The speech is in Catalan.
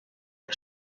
que